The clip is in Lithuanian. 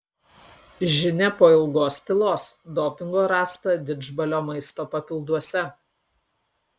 žinia po ilgos tylos dopingo rasta didžbalio maisto papilduose